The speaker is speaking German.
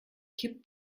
kippt